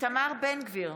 איתמר בן גביר,